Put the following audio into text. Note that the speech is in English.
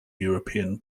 european